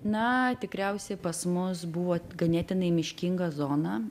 na tikriausiai pas mus buvo ganėtinai miškinga zona